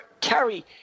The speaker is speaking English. carry